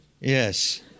Yes